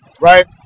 right